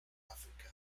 africa